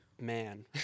man